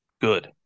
good